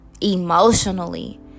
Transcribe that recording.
emotionally